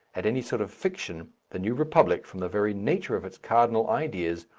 at any sort of fiction, the new republic, from the very nature of its cardinal ideas,